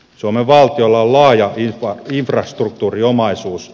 suomen valtiolla on laaja infrastruktuuriomaisuus